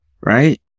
right